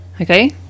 Okay